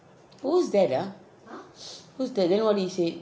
who's that ah who's that then what did he say